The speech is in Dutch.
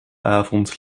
avond